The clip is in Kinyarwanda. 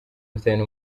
mfitanye